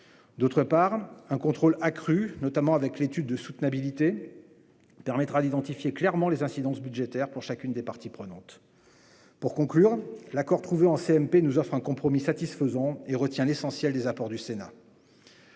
D'autre part, un contrôle accru, notamment avec l'étude de soutenabilité, permettra d'identifier clairement les incidences budgétaires pour chacune des parties prenantes. Pour conclure, l'accord trouvé en CMP nous offre un compromis satisfaisant et retient l'essentiel des apports du Sénat.